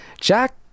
Jack